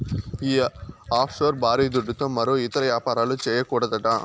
ఈ ఆఫ్షోర్ బారీ దుడ్డుతో మరో ఇతర యాపారాలు, చేయకూడదట